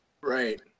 Right